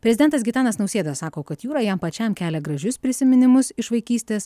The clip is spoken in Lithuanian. prezidentas gitanas nausėda sako kad jūra jam pačiam kelia gražius prisiminimus iš vaikystės